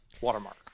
watermark